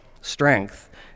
strength